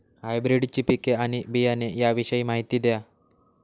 हायब्रिडची पिके आणि बियाणे याविषयी माहिती द्या